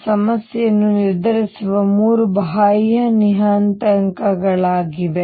ಇವು ಸಮಸ್ಯೆಯನ್ನು ನಿರ್ಧರಿಸುವ 3 ಬಾಹ್ಯ ನಿಯತಾಂಕಗಳಾಗಿವೆ